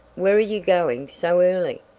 where are you going so early?